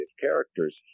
characters